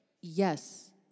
Yes